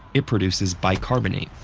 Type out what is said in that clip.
it produces bicarbonate,